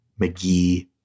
McGee